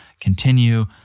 continue